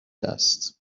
است